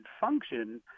function